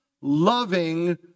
loving